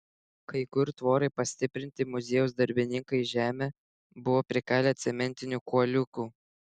kai kur tvorai pastiprinti muziejaus darbininkai į žemę buvo prikalę cementinių kuoliukų